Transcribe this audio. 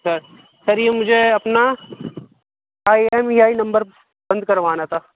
سر sir یہ مجھے اپنا I M E I number بند کروانا تھا